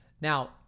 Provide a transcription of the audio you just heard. Now